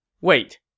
Wait